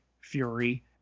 Fury